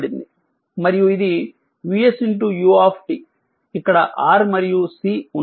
మరియు ఇది vs u ఇక్కడ R మరియు C ఉన్నాయి